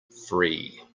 free